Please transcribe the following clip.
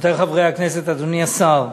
רבותי חברי הכנסת, אדוני השר,